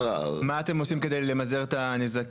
מה אתם עושים כדי למזער את הנזקים?